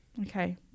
okay